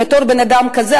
בתור בן-אדם כזה,